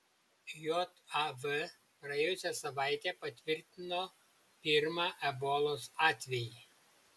jav praėjusią savaitę patvirtino pirmą ebolos atvejį